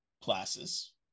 classes